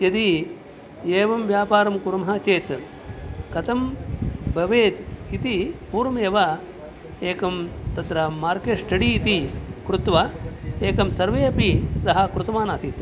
यदि एवं व्यापारं कुर्मः चेत् कथं भवेत् इति पूर्वमेव एकं तत्र मार्केट् ष्टडि इति कृत्वा एकं सर्वे अपि सः कृतवान् आसीत्